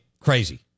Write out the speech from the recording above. Crazy